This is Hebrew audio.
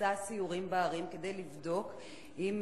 עושה סיורים בערים כדי לבדוק אפילו אם